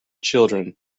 children